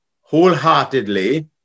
wholeheartedly